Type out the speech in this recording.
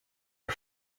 are